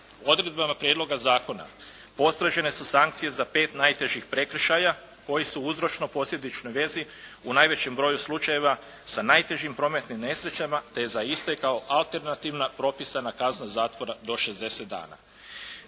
Odredbama prijedloga zakona postrožene su sankcije za pet najtežih prekršaja koji su u uzročno posljedičnoj vezi u najvećem broju slučajeva sa najtežim prometnim nesrećama te za iste kao alternativna propisana kazna zatvora do 60 dana.